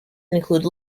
include